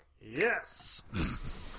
yes